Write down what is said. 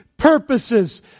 purposes